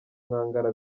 nkangara